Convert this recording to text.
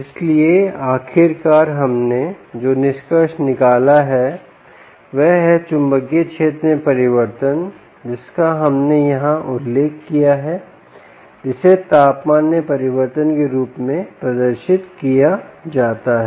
इसलिए आखिरकार हमने जो निष्कर्ष निकाला वह है चुंबकीय क्षेत्र में परिवर्तन जिसका हमने यहां उल्लेख किया है जिसे तापमान में परिवर्तन के रूप में प्रदर्शित किया जाता है